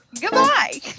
Goodbye